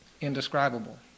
indescribable